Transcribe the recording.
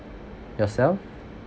yourself